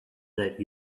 that